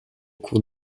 cours